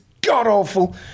god-awful